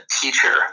teacher